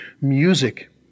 music